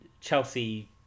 Chelsea